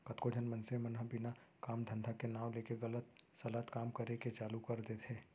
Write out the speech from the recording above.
कतको झन मनसे मन ह बिना काम धंधा के नांव लेके गलत सलत काम करे के चालू कर देथे